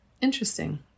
Interesting